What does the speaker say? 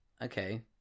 okay